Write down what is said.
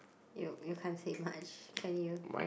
you you can't say much can you